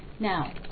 Now